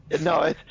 No